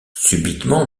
subitement